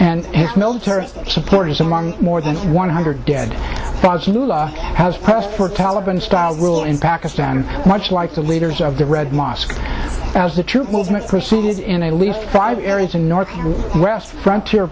and military supporters among more than one hundred dead has pressed for taliban style rule in pakistan and much like the leaders of the red mosque as the troop movements pursued is in a least five areas in north west frontier